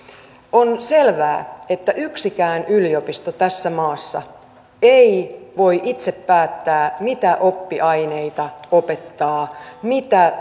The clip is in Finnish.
on selvää että yksikään yliopisto tässä maassa ei voi itse päättää mitä oppiaineita opettaa mitä